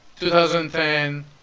2010